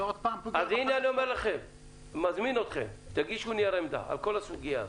אז אני מזמין אתכם להגיד נייר עמדה על כל הסוגיה הזו.